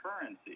currency